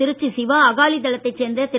திருச்சி சிவா அகாலி தளத்தை சேர்ந்த திரு